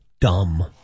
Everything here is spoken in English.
dumb